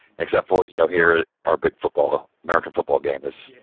except for, you know, here our big football, american football game is.